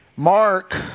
Mark